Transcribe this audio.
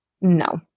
no